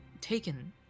taken